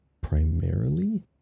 primarily